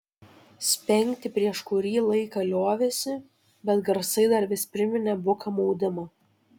spengti prieš kurį laiką liovėsi bet garsai dar vis priminė buką maudimą